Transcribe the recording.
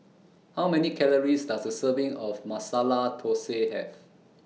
How Many Calories Does A Serving of Masala Thosai Have